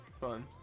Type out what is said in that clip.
fun